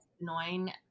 annoying –